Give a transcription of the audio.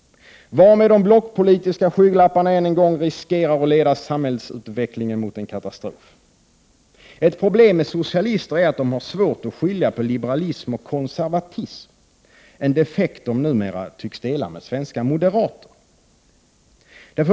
Varmed de blockpolitiska skygglapparna än en gång riskerar att leda samhällsutvecklingen mot en katastrof. Ett problem med socialister är att de har svårt att skilja på liberalism och konservatism — en defekt de numera tycks dela med svenska moderater.